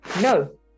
no